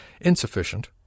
insufficient